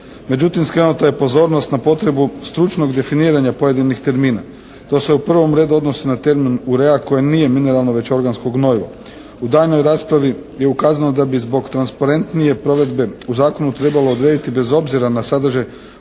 Međutim, skrenuta je pozornost na potrebu stručnog definiranja pojedinih termina, što se u prvom redu odnosi na termin "urea" koji nije mineralno već organsko gnojivo. U daljnjoj raspravi je ukazano da bi zbog transparentnije provedbe u zakonu trebalo odrediti bez obzira na sadržaj